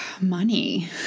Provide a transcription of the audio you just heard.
money